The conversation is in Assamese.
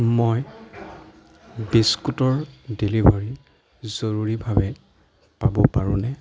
মই বিস্কুটৰ ডেলিভৰী জৰুৰীভাৱে পাব পাৰোঁনে